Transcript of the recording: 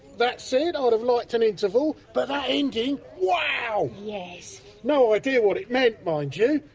that said, i'd have liked an interval, but that ending wow! yes no idea what it meant, mind you,